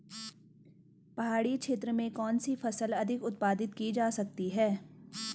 पहाड़ी क्षेत्र में कौन सी फसल अधिक उत्पादित की जा सकती है?